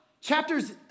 Chapters